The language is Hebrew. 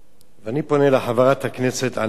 אני פונה לחברת הכנסת עינת וילף.